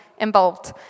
involved